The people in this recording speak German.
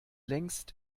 längst